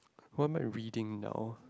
what am I reading now